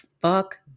fuck